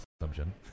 assumption